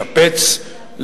לשפץ,